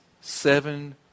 seven